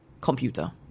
computer